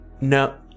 No